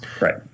Right